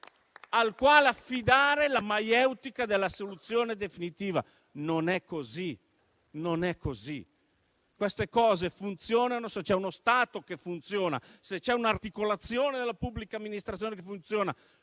al quale affidare la maieutica della soluzione definitiva. Non è così. Queste cose funzionano se c'è uno Stato che funziona; se c'è un'articolazione della pubblica amministrazione che funziona,